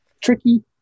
tricky